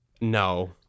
No